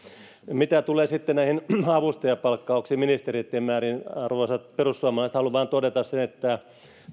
mitä tulee sitten näihin avustajien palkkauksiin ja ministereitten määriin niin arvoisat perussuomalaiset haluan vain todeta sen että